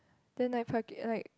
then I park it right